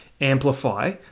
amplify